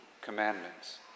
commandments